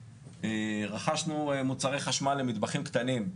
רכשנו מוצרי חשמל למטבחים קטנים,